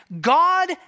God